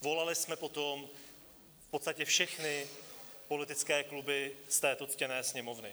Volaly jsme po tom v podstatě všechny politické kluby z této ctěné Sněmovny.